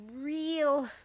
Real